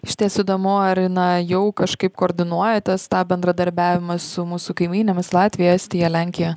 išties įdomu ar na jau kažkaip koordinuojatės tą bendradarbiavimą su mūsų kaimynėmis latvija estija lenkija